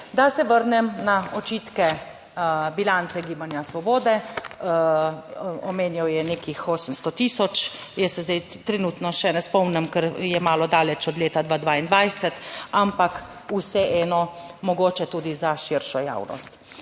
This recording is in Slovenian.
Da se vrnem na očitke bilance Gibanja Svobode, omenjal je nekih 800 tisoč. Jaz se zdaj trenutno še ne spomnim, ker je malo daleč od leta 2022, ampak vseeno mogoče tudi za širšo javnos;